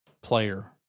player